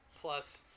plus